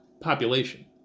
population